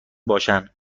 باشن